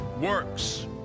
works